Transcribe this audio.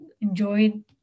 enjoyed